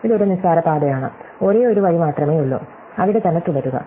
ഇതൊരു നിസ്സാര പാതയാണ് ഒരേയൊരു വഴി മാത്രമേയുള്ളൂ അവിടെ തന്നെ തുടരുക